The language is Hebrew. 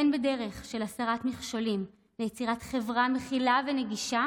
הן בדרך של הסרת מכשולים ליצירת חברה מכילה ונגישה